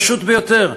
פשוט ביותר,